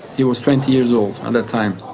he was twenty years old at the time.